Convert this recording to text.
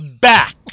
back